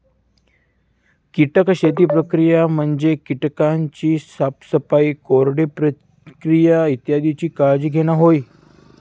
कीटक शेती प्रक्रिया म्हणजे कीटकांची साफसफाई, कोरडे प्रक्रिया इत्यादीची काळजी घेणा होय